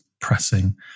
pressing